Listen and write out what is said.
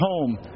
home